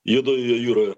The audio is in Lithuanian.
juodojoje jūroje